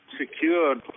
secured